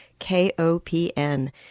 KOPN